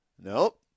Nope